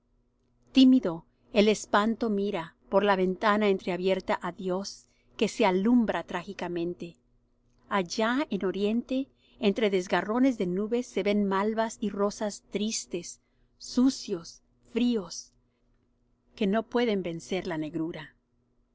tímido el espanto mira por la ventana entreabierta á dios que se alumbra trágicamente allá en oriente entre desgarrones de nubes se ven malvas y rosas tristes sucios fríos que no pueden vencer la negrura